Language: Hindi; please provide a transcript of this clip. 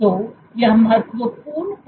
तो यह महत्वपूर्ण प्रासंगिकता है